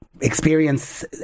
experience